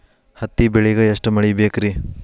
ಹತ್ತಿ ಬೆಳಿಗ ಎಷ್ಟ ಮಳಿ ಬೇಕ್ ರಿ?